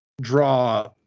draw